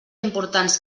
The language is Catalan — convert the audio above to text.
importants